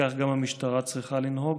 כך גם המשטרה צריכה לנהוג.